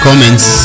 comments